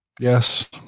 Yes